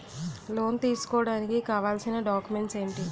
Loan తీసుకోడానికి కావాల్సిన documents ఎంటి?